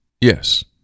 Yes